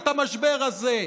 את המשבר הזה.